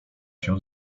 się